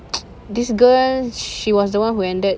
this girl she was the one who ended